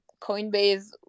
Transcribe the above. Coinbase